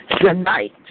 tonight